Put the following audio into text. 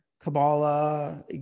Kabbalah